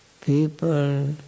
people